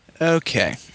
Okay